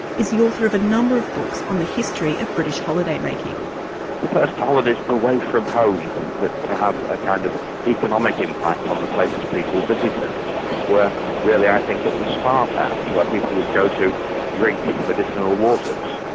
is the author of a number of books on the history of british holidaymaking. the first holidays away from home that have a kind of economic impact on the places people visited were really i think at the spa towns, where people would go to drink kind of medicinal waters,